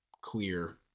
clear